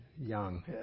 young